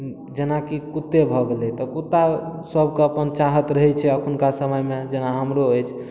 जेनाकि कुत्ते भऽ गेलै तऽ कुत्ता सबके अपन चाहत रहै छै एखुनका समयमे जेना हमरो अछि